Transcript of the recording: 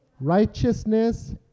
righteousness